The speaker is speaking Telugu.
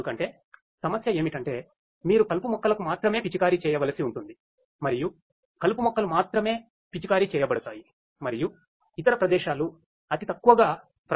ఎందుకంటే సమస్య ఏమిటంటే మీరు కలుపు మొక్కలకు మాత్రమే పిచికారీ చేయవలసి ఉంటుంది మరియు కలుపు మొక్కలు మాత్రమే పిచికారీ చేయబడతాయి మరియు ఇతర ప్రదేశాలు అతితక్కువగా ప్రభావితమవుతాయి